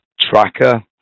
Tracker